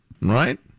right